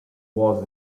was